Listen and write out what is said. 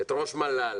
את ראש מל"ל,